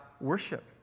worship